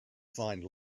find